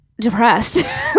depressed